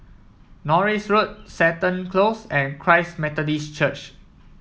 Norris Road Seton Close and Christ Methodist Church